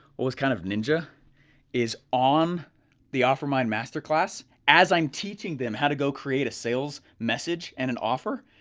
but what's kind of ninja is on the offermind masterclass, as i'm teaching them how to go create a sales message, and an offer,